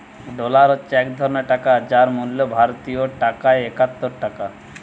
dollar হচ্ছে এক ধরণের টাকা যার মূল্য ভারতীয় টাকায় একাত্তর টাকা